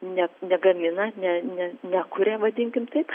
ne negamina ne ne nekuria vadinkim taip